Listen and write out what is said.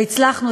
והצלחנו,